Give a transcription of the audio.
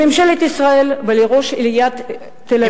לממשלת ישראל ולראש עיריית תל-אביב,